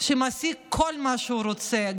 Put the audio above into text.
שמשיג כל מה שהוא רוצה,